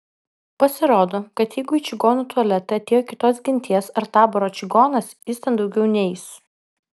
pasirodo kad jeigu į čigono tualetą atėjo kitos genties ar taboro čigonas jis ten daugiau neeis